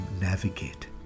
navigate